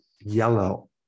yellow